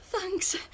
Thanks